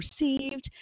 received